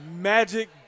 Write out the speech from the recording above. magic